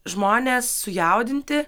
žmonės sujaudinti